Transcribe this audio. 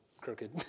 crooked